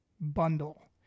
bundle